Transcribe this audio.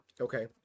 Okay